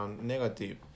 negative